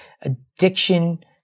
addiction